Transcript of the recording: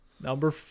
Number